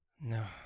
no